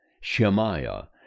Shemaiah